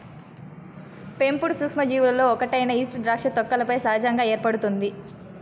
పెంపుడు సూక్ష్మజీవులలో ఒకటైన ఈస్ట్ ద్రాక్ష తొక్కలపై సహజంగా ఏర్పడుతుంది